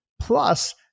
plus